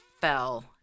fell